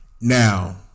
Now